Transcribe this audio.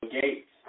gates